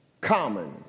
common